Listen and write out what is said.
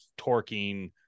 torquing